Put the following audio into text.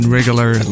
regular